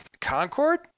Concord